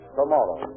tomorrow